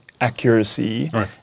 accuracy